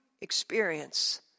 experience